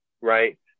Right